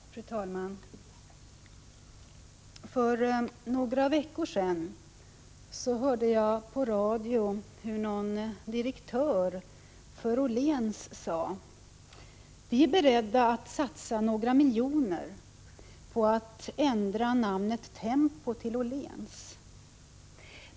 Fru talman! För några veckor sedan hörde jag på radio hur någon direktör för Åhléns sade: Vi är beredda att satsa några miljoner på att ändra namnet Tempo till Åhléns.